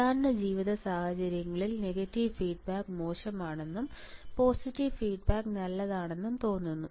സാധാരണ ജീവിതസാഹചര്യങ്ങളിൽ negative feedback മോശമാണെന്നും പോസിറ്റീവ് ഫീഡ്ബാക്ക് നല്ലതാണെന്നും തോന്നുന്നു